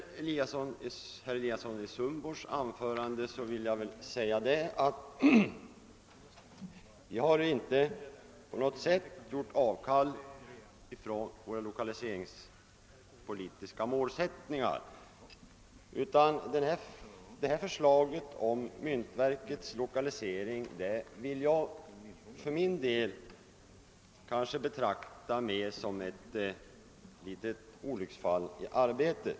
Med anledning av herr Eliassons i Sundborn anförande vill jag framhålla, att vi inte på något sätt har gjort avkall på våra lokaliseringspolitiska målsättningar. Föreliggande förslag om myntverkets lokalisering vill jag snarare betrakta som ett litet olycksfall i arbetet.